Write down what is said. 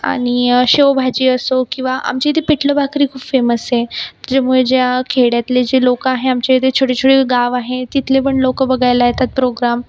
आणि शेवभाजी असो किंवा आमच्या इथे पिठलं भाकरी खूप फेमस आहे त्याच्यामुळे ज्या खेड्यातले जे लोक आहे आमच्या इथे छोटी छोटी गाव आहे तिथले पण लोक बघायला येतात प्रोग्राम